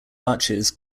arches